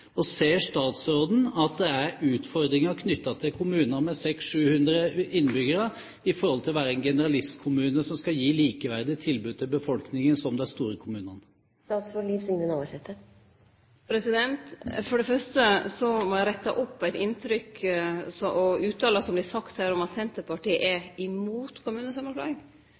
Ser statsråden at det er utfordringer knyttet til kommuner med 600–700 innbyggere med tanke på å være en generalistkommune som skal gi likeverdige tilbud til befolkningen, sett i forhold til de store kommunene? For det fyrste må eg rette opp det inntrykket, og den utsegna som kom her, at Senterpartiet er imot kommunesamanslåing. Senterpartiet har aldri uttalt, som eg kjenner til, at me er imot